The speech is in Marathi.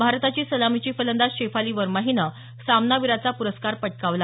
भारताची सलामीची फलंदाज शेफाली वर्मा हिनं सामनावीरचा पुरस्कार पटकावला